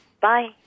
Bye